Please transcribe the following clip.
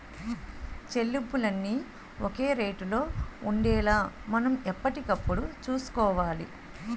చెల్లింపులన్నీ ఒక రేటులో ఉండేలా మనం ఎప్పటికప్పుడు చూసుకోవాలి